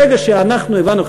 ברגע שאנחנו הבנו,